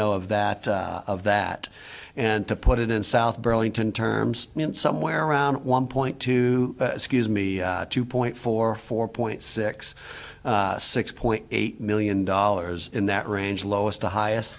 know of that of that and to put it in south burlington terms somewhere around one point two scuse me two point four four point six six point eight million dollars in that range lowest to highest